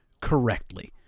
correctly